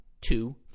two